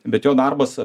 bet jo darbas